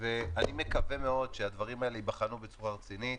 ואני מקווה מאוד שהדברים האלה ייבחנו בצורה רצינית,